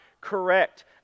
correct